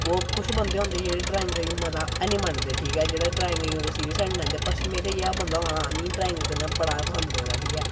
और कु बंदे होंदे जेह्ड़े ड्राईंगां गी बड़ा हैनी मनदे ठीक ऐ जेह्ड़ा ड्राईंगें गी सीरियस नी लैंदे मेरे जेह् बंदा होऐ मिगी ड्राईंग करने दा बड़ा गै पसंद लगदा ठीक ऐ